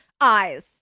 eyes